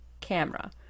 camera